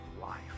life